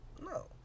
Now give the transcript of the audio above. No